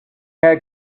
had